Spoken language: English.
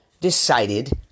decided